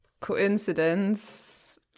coincidence